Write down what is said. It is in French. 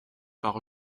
par